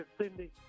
Cindy